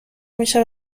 میشه